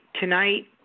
tonight